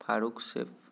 Farooq safe